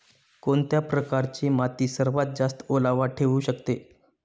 कोणत्या प्रकारची माती सर्वात जास्त ओलावा ठेवू शकते?